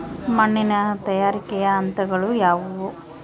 ಮಣ್ಣಿನ ತಯಾರಿಕೆಯ ಹಂತಗಳು ಯಾವುವು?